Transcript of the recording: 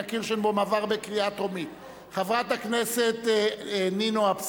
לדיון מוקדם בוועדה שתקבע ועדת הכנסת נתקבלה.